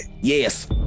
Yes